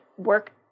work